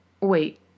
Wait